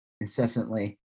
incessantly